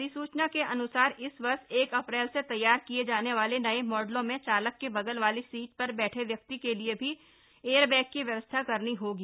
अधिसूचना के अन्सार इस वर्ष एक अप्रैल से तैयार किए जाने वाले नये मॉडलों में चालक के बगल वाली सीट पर बैठे व्यक्ति के लिये भी एयर बैग की व्यवस्था करनी होगी